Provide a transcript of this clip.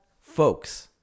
folks